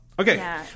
Okay